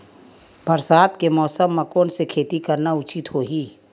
बरसात के मौसम म कोन से खेती करना उचित होही?